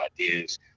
ideas